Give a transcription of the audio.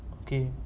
okay